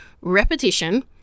repetition